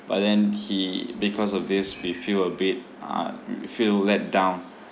but then he because of this we feel a bit uh we feel let down